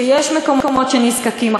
שיש מקומות שנזקקים,